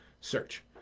search